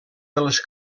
dels